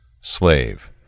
Slave